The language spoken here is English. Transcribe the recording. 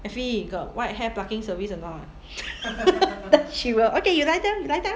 effie got white hair plucking service or not then she will okay you lie down you lie down